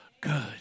good